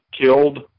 killed